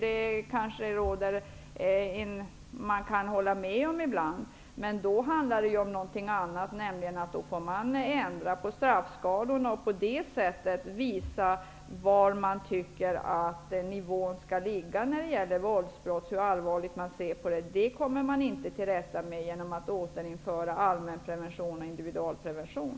Det kan man ibland hålla med om. Då handlar det emellertid om någonting annat. Man får då ändra på straffskalorna för att på det sättet visa hur allvarligt man ser på dessa våldsbrott och var man anser att nivån skall ligga. Det kommer man inte till rätta med genom att återinföra allmänprevention och individualprevention.